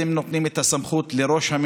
18